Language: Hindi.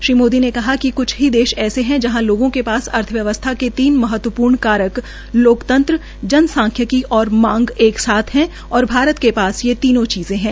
श्री मोदी ने कहा कि कुछ ही देश ऐसे है जहां लोगों के पास अर्थव्यवस्था के तीन महतवपूर्ण कारक लोकतंत्रजनसांख्यिकी और मांग एक साथ हैं और भारत के पास ये तीनों चीजें हैं